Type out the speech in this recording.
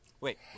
wait